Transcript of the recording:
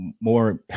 more